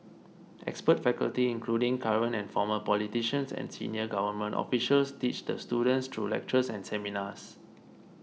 expert faculty including current and former politicians and senior government officials teach the students through lectures and seminars